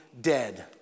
dead